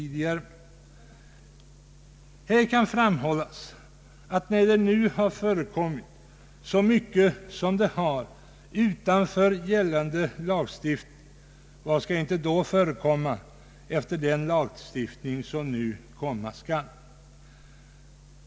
Det kan framhållas att när det nu förekommit så mycket som det faktiskt har gjort utanför gällande lagstiftning, vad skall då inte förekomma efter den lagstiftning som nu komma skall!